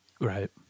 right